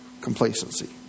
complacency